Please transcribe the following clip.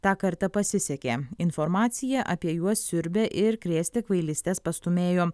tą kartą pasisekė informacija apie juos siurbia ir krėsti kvailystes pastūmėjo